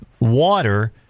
water